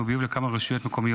לקריאה השנייה והשלישית.